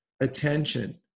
attention